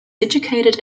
educated